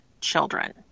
children